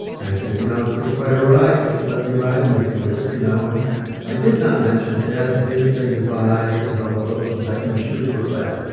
and i said, you know, it's been quite a ride that you let me ride with you with, you know? and i did not mention death. i didn't say goodbye and all of those things. i can assure you of that